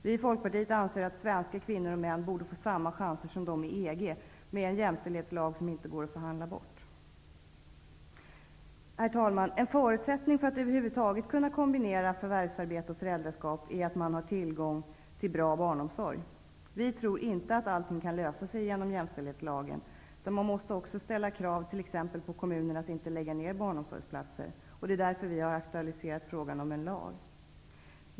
Vi i Folkpartiet anser att svenska kvinnor och män borde få samma chanser som man har inom EG, med en jämställdhetslag som inte går att förhandla bort. En förutsättning för att över huvud taget kunna kombinera förvärvsarbete och föräldraskap är att man har tillgång till bra barnomsorg. Vi tror inte att allting kan lösa sig genom jämställdhetslagen, utan man måste också t.ex. ställa krav på kommunerna att inte lägga ner barnomsorgsplatser. Det är därför som vi har aktualiserat frågan om en lag.